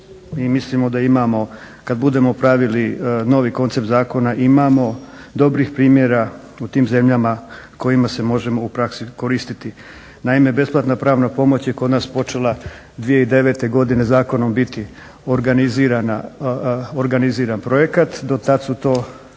mislimo da imamo kad budemo pravili novi koncept zakona imamo dobrih primjera u tim zemljama kojima se možemo u praksi koristiti. Naime, besplatna pravna pomoć je kod nas počela 2009. zakonom u biti organiziran projekt. Do tad su to